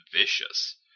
vicious